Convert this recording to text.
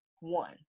one